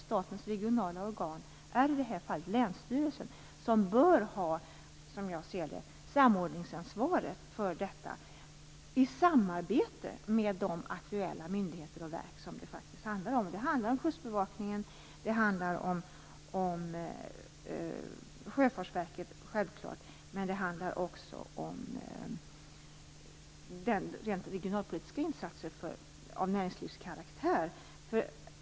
Statens regionala organ i det här fallet är länsstyrelsen, som bör ha samordningsansvaret för detta i samarbete med de aktuella myndigheter och verk som det faktiskt handlar om - kustbevakningen och Sjöfartsverket men också rent regionalpolitiska insatser av näringslivskaraktär.